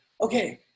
okay